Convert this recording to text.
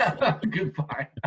goodbye